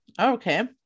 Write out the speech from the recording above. okay